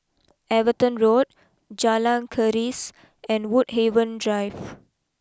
Everton Road Jalan Keris and Woodhaven Drive